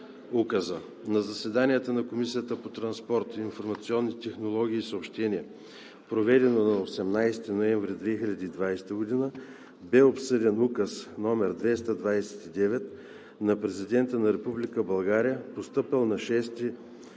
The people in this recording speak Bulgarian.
На заседание на Комисията по транспорт, информационни технологии и съобщения, проведено на 18 ноември 2020 г., бе обсъден Указ № 229 на Президента на Република България, постъпил на 6